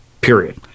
period